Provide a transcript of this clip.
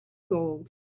gold